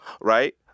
right